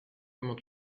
comment